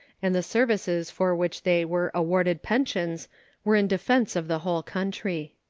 and the services for which they were awarded pensions were in defense of the whole country.